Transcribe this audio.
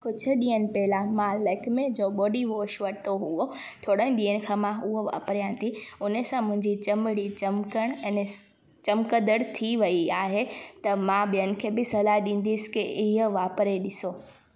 कुझु ॾींहंनि पहिला मां लेकमे जो बॉडी वॉश वरितो हुओ थोरनि ॾींह खां मां उहो वापरियां थी हुन सां मुंहिंजी चमड़ी चमकण अने चमकंदण थी वेई आहे त मां ॿियनि खे बि सलाह ॾींदसि की इहा वापरे ॾिसो